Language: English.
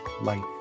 life